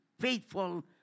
faithful